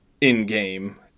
in-game